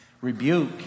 Rebuke